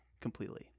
completely